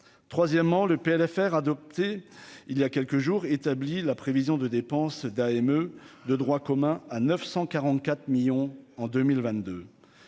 troisièmement le PLFR adopté il y a quelques jours, établi la prévision de dépenses d'AME de droit commun à 944 millions en 2022,